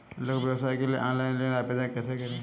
लघु व्यवसाय के लिए ऑनलाइन ऋण आवेदन कैसे करें?